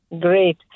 Great